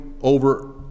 over